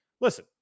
Listen